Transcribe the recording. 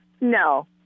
no